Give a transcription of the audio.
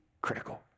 critical